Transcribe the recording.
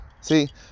See